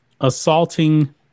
Assaulting